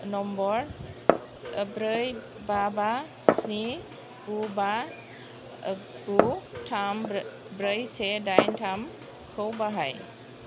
number ब्रै बा बा स्नि द' बा गु थाम ब्रै से दाइन थामखौ बाहाय